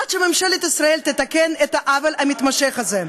עד שממשלת ישראל תתקן את העוול המתמשך הזה,